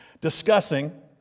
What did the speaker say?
Discussing